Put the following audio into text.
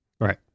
Right